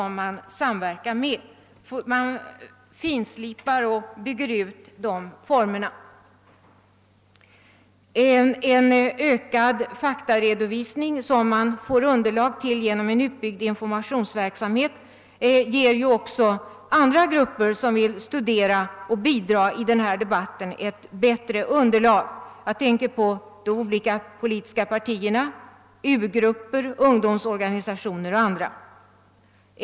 Man finslipar och bygger ut formerna. En ökad faktaredovisning, som man får underlag för genom en utbyggd informationsverksamhet, ger också andra grupper som vill studera och bidra till denna debatt ett bättre underlag — jag tänker på de politiska partierna, u-grupper, ungdomsorganisationer och andra.